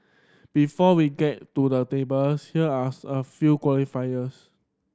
before we get to the table here are a few qualifiers